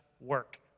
work